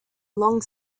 long